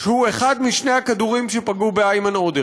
שהוא אחד משני הכדורים שפגעו באיימן עודה.